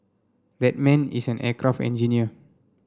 that man is an aircraft engineer